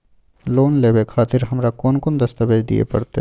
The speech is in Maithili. लोन लेवे खातिर हमरा कोन कौन दस्तावेज दिय परतै?